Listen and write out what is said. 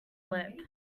lip